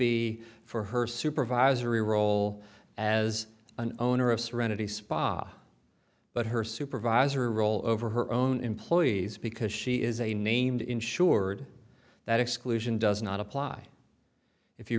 be for her supervisory role as an owner of serenity spa but her supervisor role over her own employees because she is a named insured that exclusion does not apply if you